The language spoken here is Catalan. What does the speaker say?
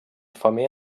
femer